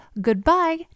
goodbye